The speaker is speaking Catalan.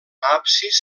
absis